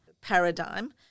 paradigm